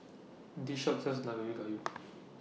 This Shop sells Nanakusa Gayu